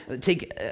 take